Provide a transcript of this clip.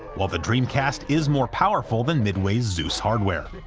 while the dreamcast is more powerful than midway's zeus hardware.